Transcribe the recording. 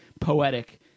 poetic